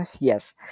Yes